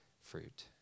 fruit